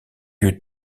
eut